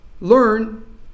learn